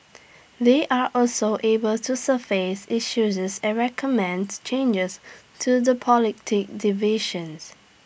they are also able to surface issues and recommends changes to the division